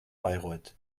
bayreuth